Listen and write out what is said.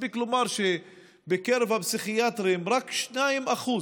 מספיק לומר שבקרב הפסיכיאטרים רק 2%,